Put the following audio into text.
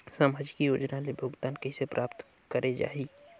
समाजिक योजना ले भुगतान कइसे प्राप्त करे जाहि?